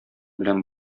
белән